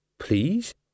please